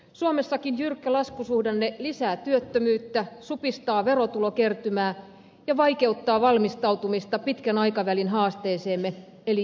suomessakin jyrkkä laskusuhdanne lisää työttömyyttä supistaa verotulokertymää ja vaikeuttaa valmistautumista pitkän aikavälin haasteeseemme eli ikääntymiseen